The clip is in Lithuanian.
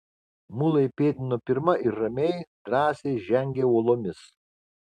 mulai pėdino pirma ir ramiai drąsiai žengė uolomis